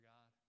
God